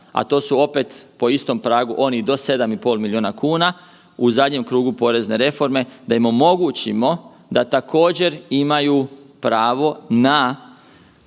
a to su opet po istom pragu oni do 7,5 milijuna kuna u zadnjem krugu porezne reforme da im omogućimo da također imaju pravo na